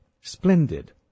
splendid